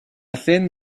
thin